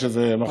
יש איזו מחשבה,